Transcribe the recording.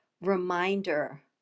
reminder